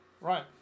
Right